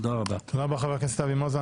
תודה רבה לחבר הכנסת אבי מעוז.